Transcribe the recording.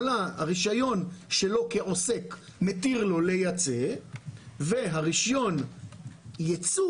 הרישיון שלו כעוסק מתיר לו לייצא ורישיון הייצוא